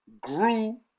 grew